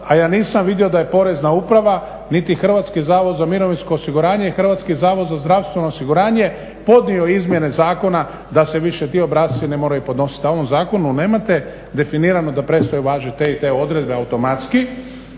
a ja nisam vidio da je Porezna uprava niti Hrvatski zavod za mirovinsko osiguranje i Hrvatski zavod za zdravstveno osiguranje podnio izmjene zakona da se više ti obrasci ne moraju podnositi. A u ovom zakonu nemate definirano da prestaje važiti te i te odredbe. Prema